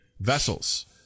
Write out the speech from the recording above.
vessels